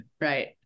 Right